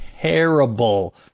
terrible